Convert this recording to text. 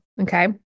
Okay